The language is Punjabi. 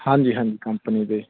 ਹਾਂਜੀ ਹਾਂਜੀ ਕੰਪਨੀ ਦੇ